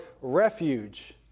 refuge